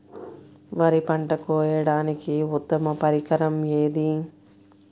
వరి పంట కోయడానికి ఉత్తమ పరికరం ఏది?